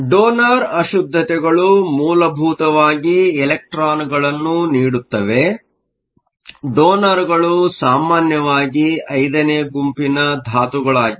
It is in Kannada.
ಡೋನರ್ ಅಶುದ್ಧತೆಗಳು ಮೂಲಭೂತವಾಗಿ ಎಲೆಕ್ಟ್ರಾನ್ ಗಳನ್ನು ನೀಡುತ್ತವೆ ಡೋನರ್ಗಳು ಸಾಮಾನ್ಯವಾಗಿ 5ನೇ ಗುಂಪಿನ ಧಾತುಗಳಾಗಿವೆ